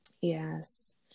yes